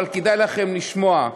אבל כדאי לכם לשמוע.